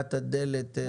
ופתיחת הדלת.